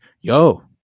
yo